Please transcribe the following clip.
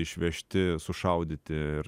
išvežti sušaudyti